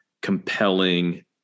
compelling